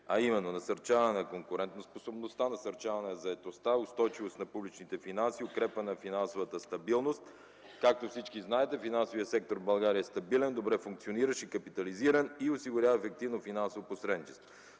а именно: - насърчаване на конкурентоспособността; - насърчаване на заетостта; - устойчивост на публичните финанси; - укрепване на финансовата стабилност. Както всички знаете, финансовият сектор в България е стабилен, добре функциониращ и капитализиран и осигурява ефективно финансово посредничество.